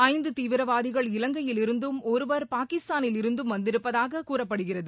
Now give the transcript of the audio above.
ஐந்து தீவிரவாதிகள் இலங்கையில் இருந்தும் ஒருவர் பாகிஸ்தானில் இருந்தும் வந்திருப்பதாக கூறப்படுகிறது